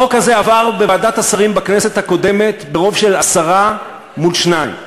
החוק הזה עבר בוועדת השרים בכנסת הקודמת ברוב של עשרה מול שניים.